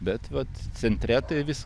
bet vat centre tai vis